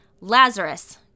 Lazarus